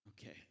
Okay